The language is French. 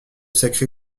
sacré